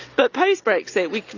but post breaks that we can,